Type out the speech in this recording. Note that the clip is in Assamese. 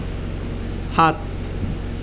সাত